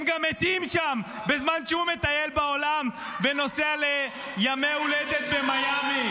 הם גם מתים שם בזמן שהוא מטייל בעולם ונוסע לימי הולדת במיאמי.